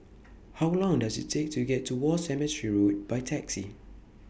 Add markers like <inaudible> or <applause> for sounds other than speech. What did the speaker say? How <noise> Long Does IT Take to get to War Cemetery Road By Taxi